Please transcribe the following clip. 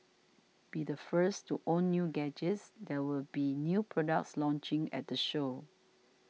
be the first to own new gadgets there will be new products launching at the show